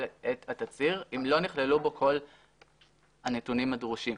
את התצהיר אם לא נכללו בו כל הנתונים הדרושים.